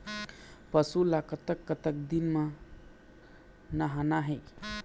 पशु ला कतक कतक दिन म नहाना हे?